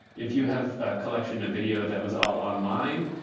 if you have a collection of video that was all online,